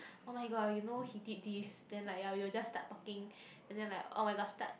oh-my-god you now he did this then like yea you will just start talking and then like oh-my-god start